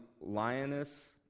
lioness